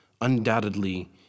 Undoubtedly